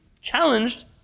challenged